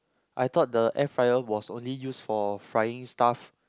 I thought the air fryer was only use for frying stuff